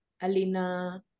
Alina